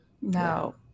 No